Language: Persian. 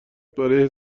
برای